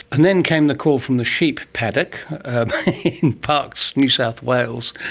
and then came the call from the sheep paddock in parkes, new south wales,